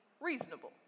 reasonable